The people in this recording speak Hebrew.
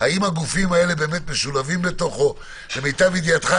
האם הגופים האלה באמת משולבים למיטב ידיעתך,